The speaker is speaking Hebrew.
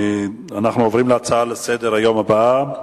אנחנו עוברים לנושא הבא: